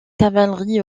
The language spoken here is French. cavalerie